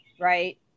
right